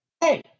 Hey